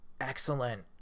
excellent